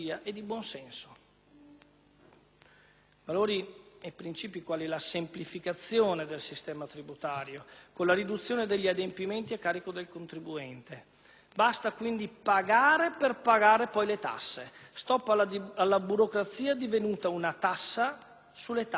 Valori e principi quali la semplificazione del sistema tributario, con la riduzione degli adempimenti a carico del contribuente: basta quindi pagare per pagare poi le tasse; stop alla burocrazia, divenuta una tassa sulle tasse, che poi si devono andare a pagare.